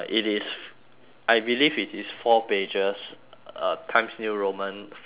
I believe it is four pages uh times new roman font twelve